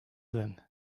then